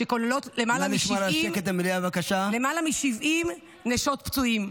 שכוללת למעלה מ-70 נשות פצועים.